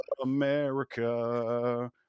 America